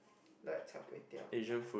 like char kway teow